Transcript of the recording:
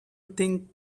thing